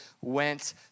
went